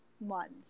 month